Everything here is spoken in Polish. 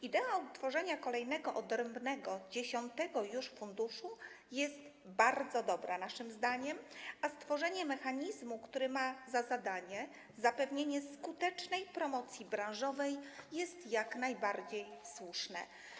Idea utworzenia kolejnego, odrębnego, dziesiątego już funduszu jest naszym zdaniem bardzo dobra, a stworzenie mechanizmu, który ma za zadanie zapewnienie skutecznej promocji branżowej, jest jak najbardziej słuszne.